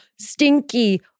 stinky